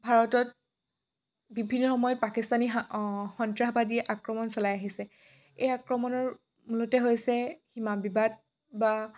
ভাৰতত বিভিন্ন সময়ত পাকিস্তানী সন্ত্ৰাসবাদীয়ে আক্ৰমণ চলাই আহিছে এই আক্ৰমণৰ মূলতে হৈছে সীমা বিবাদ বা